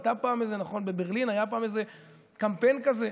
היה פעם איזה קמפיין כזה.